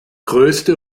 größte